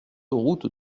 route